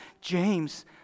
James